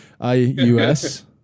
I-U-S